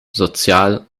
sozial